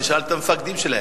תשאל את המפקדים שלהן.